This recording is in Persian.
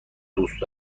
دوست